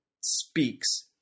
speaks